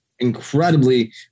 incredibly